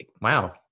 Wow